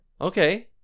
Okay